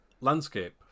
landscape